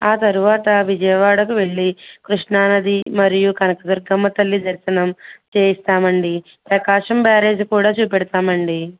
ఆ తరువాత విజయవాడకు వెళ్ళి కృష్ణానది మరియు కనకదుర్గమ్మ తల్లి దర్శనం చేయిస్తాము అండి ప్రకాశం బ్యారేజ్ కూడా చూపెడతాము అండి